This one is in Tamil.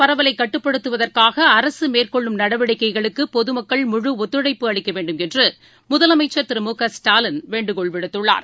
பரவலைகட்டுப்படுத்துவதற்காகஅரசுமேற்கொள்ளும் இந்தநோய் தொற்றுப் நடவடிக்கைகளுக்குபொதுமக்கள் முழு ஒத்துழைப்பு அளிக்கவேண்டும் என்றுமுதலமைச்சர் திரு மு க ஸ்டாலின் வேண்டுகோள் விடுத்துள்ளார்